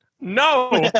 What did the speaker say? no